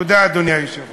תודה, אדוני היושב-ראש.